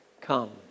come